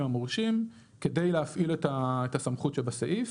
המורשים כדי להפעיל את הסמכות שבסעיף.